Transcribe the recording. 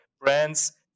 brands